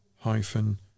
hyphen